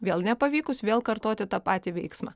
vėl nepavykus vėl kartoti tą patį veiksmą